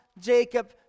Jacob